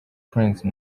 prince